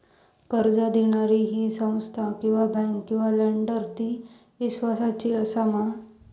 कर्ज दिणारी ही संस्था किवा बँक किवा लेंडर ती इस्वासाची आसा मा?